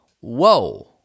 Whoa